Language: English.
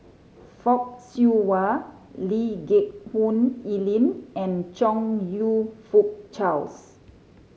Fock Siew Wah Lee Geck Hoon Ellen and Chong You Fook Charles